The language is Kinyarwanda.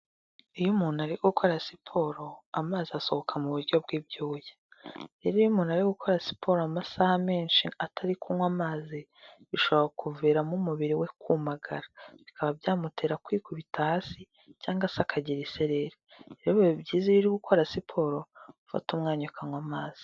Iyo umuntu ari gukora siporo, amazi asohoka mu buryo bw'ibyuya. Rero iyo umuntu ari gukora siporo amasaha menshi atari kunywa amazi, bishobora kuviramo umubiri we kumagara. Bikaba byamutera kwikubita hasi, cyangwa se akagira isereri. Rero biba byiza iyo uri gukora siporo, ufata umwanya ukanywa amazi.